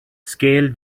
scaled